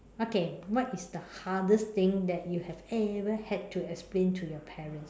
okay what is the hardest thing that you have ever had to explain to your parents